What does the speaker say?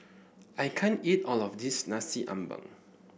I can't eat all of this Nasi Ambeng